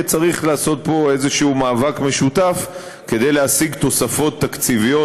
צריך יהיה לעשות פה איזשהו מאבק משותף כדי להשיג תוספות תקציביות,